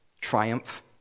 triumph